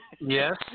Yes